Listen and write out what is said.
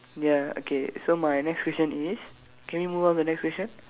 ya okay so my next question is can we move on to the next question